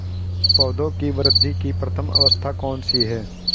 पौधों की वृद्धि की प्रथम अवस्था कौन सी है?